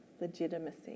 legitimacy